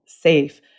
safe